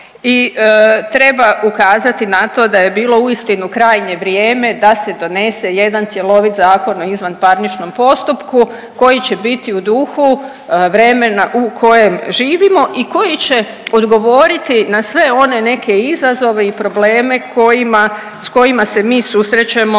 i treba ukazati na to da je bilo uistinu krajnje vrijeme da se donese jedan cjelovit Zakon o izvanparničnom postupku koji će biti u duhu vremena u kojem živimo i koji će odgovoriti na sve one neke izazove i probleme kojima s kojima se mi susrećemo